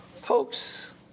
Folks